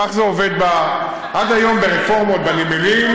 כך זה עובד עד היום ברפורמות בנמלים,